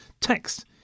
text